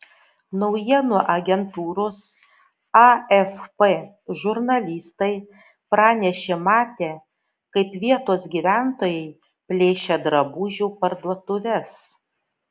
naujienų agentūros afp žurnalistai pranešė matę kaip vietos gyventojai plėšia drabužių parduotuves